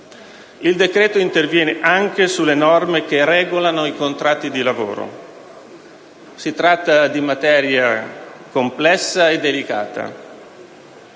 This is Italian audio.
Il decreto-legge interviene anche sulle norme che regolano i contratti di lavoro: si tratta di materia complessa e delicata,